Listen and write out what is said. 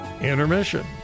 intermission